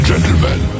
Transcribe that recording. Gentlemen